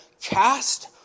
Cast